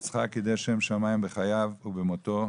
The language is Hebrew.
יצחק קידש שם שמיים בחייו ובמותו.